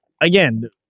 again